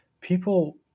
people